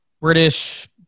British